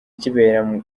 kibera